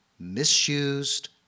misused